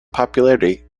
popularity